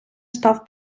став